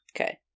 Okay